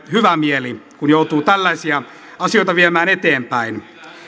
hyvä mieli kun joutuu tällaisia asioita viemään eteenpäin